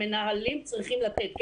למנהלים צריכים לתת כן.